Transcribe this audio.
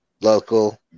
local